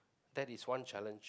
that is one challenge